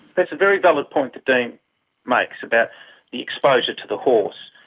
that's a very valid point that dean makes about the exposure to the horse.